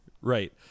Right